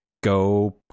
go